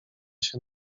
się